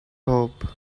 hope